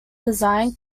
design